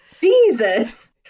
Jesus